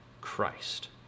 Christ